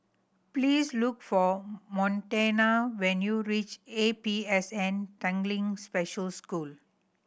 please look for Montana when you reach A P S N Tanglin Special School